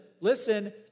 listen